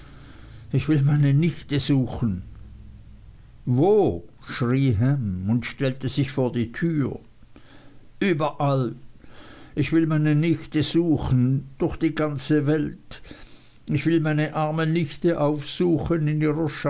ich will meine nichte suchen wo schrie ham und stellte sich vor die tür überall ich will meine nichte suchen durch die ganze welt ich will meine arme nichte aufsuchen in